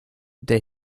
der